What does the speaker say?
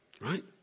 Right